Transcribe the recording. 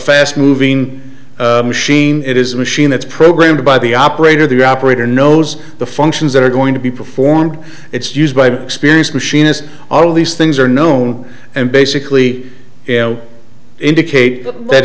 fast moving machine it is a machine that's programmed by the operator the operator knows the functions that are going to be performed it's used by experienced machinist all of these things are known and basically indicate that